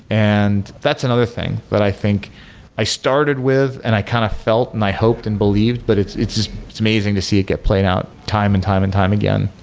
and that's another thing that i think i started with and i kind of felt and i hoped and believed, but it's it's amazing to see it get playing out time and time and time again.